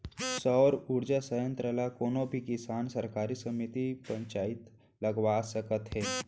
सउर उरजा संयत्र ल कोनो भी किसान, सहकारी समिति, पंचईत लगवा सकत हे